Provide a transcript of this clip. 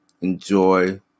enjoy